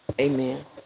amen